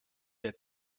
der